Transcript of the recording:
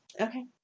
Okay